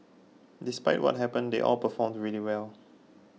despite what happened they all performed really well